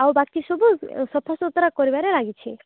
ଆଉ ବାକି ସବୁ ସଫାସୁତରା କରିବାରେ ଲାଗିଛି